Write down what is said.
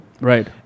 Right